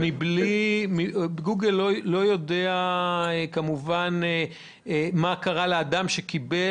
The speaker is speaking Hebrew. גוגל לא יודעת כמובן מה קרה לאדם שקיבל